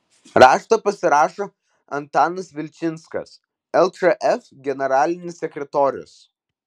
raštą pasirašo antanas vilčinskas lčf generalinis sekretorius